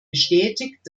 bestätigt